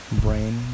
Brain